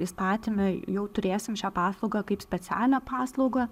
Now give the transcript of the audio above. įstatyme jau turėsim šią paslaugą kaip specialią paslaugą